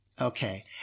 Okay